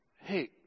Hey